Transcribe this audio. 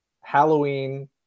Halloween